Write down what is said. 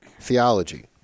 theology